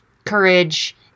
courage